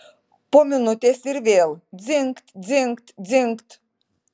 po minutės ir vėl dzingt dzingt dzingt